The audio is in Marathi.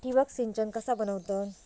ठिबक सिंचन कसा बनवतत?